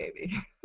baby